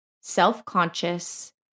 self-conscious